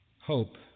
Hope